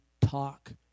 talk